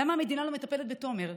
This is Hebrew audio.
למה המדינה לא מטפלת בתומר?